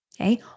Okay